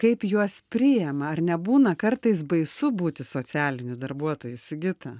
kaip juos priima ar nebūna kartais baisu būti socialiniu darbuotoju sigita